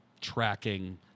tracking